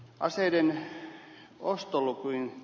aseiden ostolukuihin